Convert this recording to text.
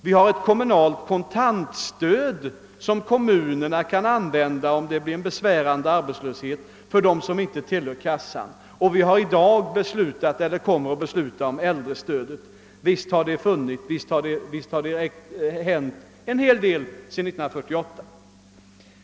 Vi har ett kommunalt kontantstöd som kan användas om det blir en besvärande arbetslöshet bland dem som inte tillhör kassan. Vi kommer i dag att besluta om äldrestödet. Visst har det hänt en hel del sedan 1948.